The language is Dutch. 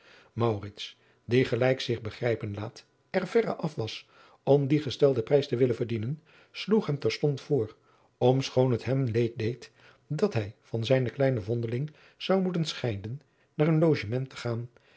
die gelijk zich begrijpen laat er verre af was om dien gestelden prijs te willen verdienen sloeg hem terstond voor om schoon het hem leed deed dat hij van zijnen kleinen vondeling zou moeadriaan loosjes pzn het leven van maurits lijnslager ten scheiden naar hun logement te gaan